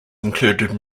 included